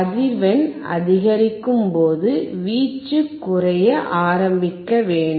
அதிர்வெண் அதிகரிக்கும் போது வீச்சு குறைய ஆரம்பிக்க வேண்டும்